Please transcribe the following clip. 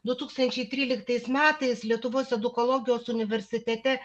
du tūkstančiai tryliktais metais lietuvos edukologijos universitete